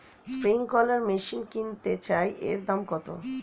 Sprinkler machine কিনতে চাই এর দাম কত?